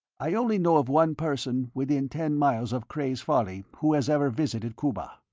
i only know of one person within ten miles of cray's folly who has ever visited cuba.